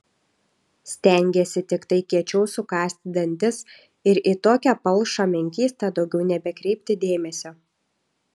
stengiesi tiktai kiečiau sukąsti dantis ir į tokią palšą menkystą daugiau nebekreipti dėmesio